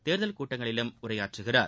தேர்தல் கூட்டங்களிலும் உரையாற்றுகிறார்